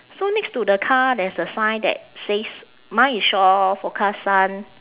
so next to the car there's a sign that says mine is shore forecast sun